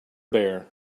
bear